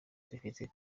dufite